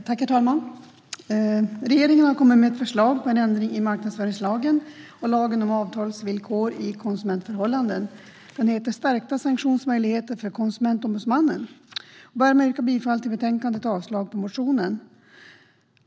Herr talman! Regeringen har kommit med ett förslag på en ändring i marknadsföringslagen och lagen om avtalsvillkor i konsumentförhållanden. Propositionen heter Stärkta sanktionsmöjligheter för Konsumentombudsmannen . Stärkta sanktions-möjligheter för Konsumentombuds-mannen Jag börjar med att yrka bifall till förslaget i betänkandet och avslag på motionen.